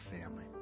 family